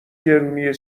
گرونی